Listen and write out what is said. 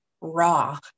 raw